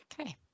Okay